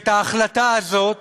שאת ההחלטה הזאת